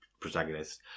protagonist